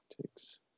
takes